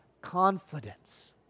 confidence